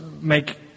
make